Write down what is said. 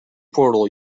portal